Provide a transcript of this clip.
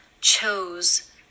chose